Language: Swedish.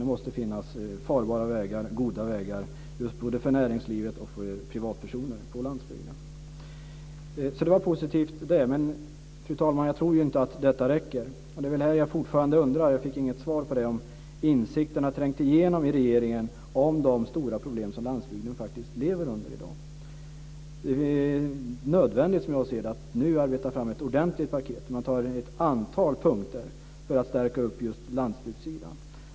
Det måste finnas farbara vägar, goda vägar, för både näringsliv och privatpersoner på landsbygden, så det var positivt. Men, fru talman, jag tror inte att detta räcker. Det är här jag fortfarande undrar - jag fick inget svar på det - om insikten har trängt igenom i regeringen om de stora problem som landsbygden faktiskt lever under i dag. Det är nödvändigt, som jag ser det, att nu arbeta fram ett ordentligt paket. Man tar ett antal punkter för att stärka landsbygdssidan.